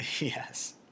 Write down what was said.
Yes